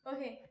Okay